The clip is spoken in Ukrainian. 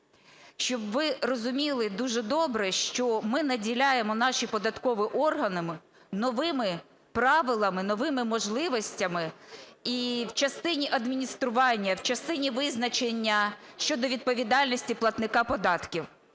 Щоб ви розуміли дуже добре, що ми наділяємо наші податкові органи новими правилами, новими можливостями і частині адміністрування в частині визначення щодо відповідальності платника податків.